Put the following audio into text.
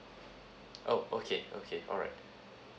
oh okay okay alright